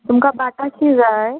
तुमकां बाटाची जाय